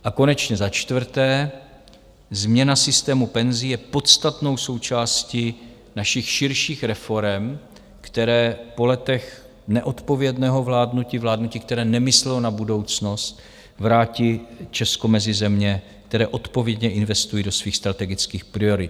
A konečně za čtvrté, změna systému penzí je podstatnou součástí našich širších reforem, které po letech neodpovědného vládnutí, vládnutí, které nemyslelo na budoucnost, vrátí Česko mezi země, které odpovědně investují do svých strategických priorit.